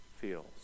feels